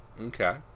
okay